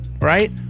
right